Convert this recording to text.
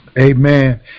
Amen